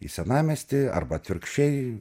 į senamiestį arba atvirkščiai